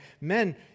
men